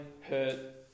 hurt